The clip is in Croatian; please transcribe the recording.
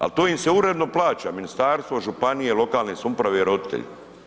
Ali to im se uredno plaća ministarstvo, županije, lokalne samouprave, roditelji.